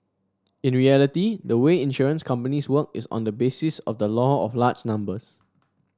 in reality the way insurance companies work is on the basis of the law of large numbers